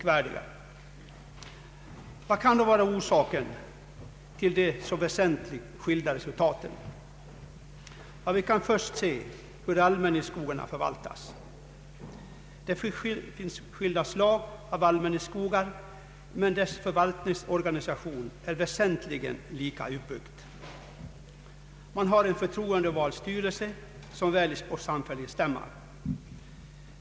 Vad kan då vara orsaken till de så väsentligt skilda resultaten? Vi kan först se hur allmänningsskogarna förvaltas. Det finns skilda slag av allmänningsskogar, men deras förvaltningsorganisation är väsentligen lika uppbyggd. Man har en förtroendevald styrelse som väljs på samfällig stämma.